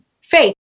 faith